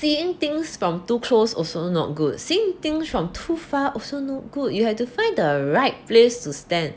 seeing things from too close also not good seeing things from too far also no good you have to find the right place to stand